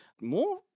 More